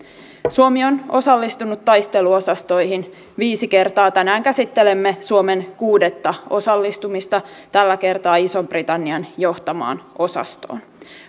suomi on osallistunut taisteluosastoihin viisi kertaa tänään käsittelemme suomen kuudetta osallistumista tällä kertaa ison britannian johtamaan osastoon